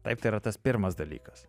taip tai yra tas pirmas dalykas